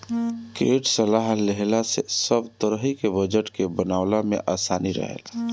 credit सलाह लेहला से सब तरही के बजट के बनवला में आसानी रहेला